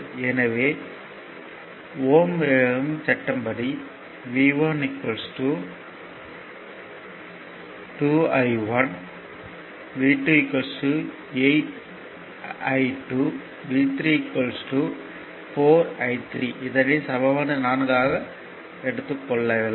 எனவே ஓம் யின் சட்டம் ohm's law படி V1 2 I1 V2 8 I2 V3 4 I3 என கிடைக்கும்